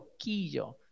quillo